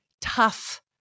tough